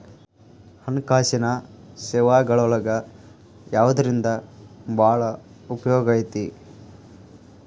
ಹಣ್ಕಾಸಿನ್ ಸೇವಾಗಳೊಳಗ ಯವ್ದರಿಂದಾ ಭಾಳ್ ಉಪಯೊಗೈತಿ?